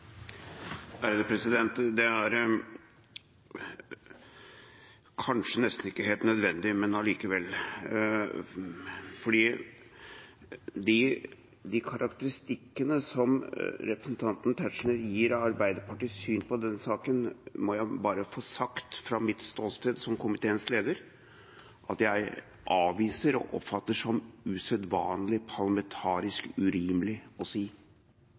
Det er kanskje ikke helt nødvendig, men likevel: De karakteristikkene som representanten Tetzschner gir av Arbeiderpartiets syn i denne saken, må jeg bare få sagt fra mitt ståsted som komiteens leder at jeg avviser og oppfatter som usedvanlig parlamentarisk urimelig å si